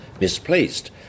misplaced